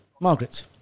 Margaret